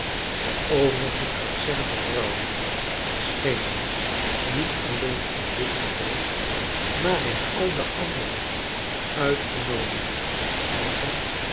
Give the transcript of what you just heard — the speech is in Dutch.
de overige krankzinnige vrouwen schenen niet alleen in dit geval maar in al de andere uitgenomen haar eigen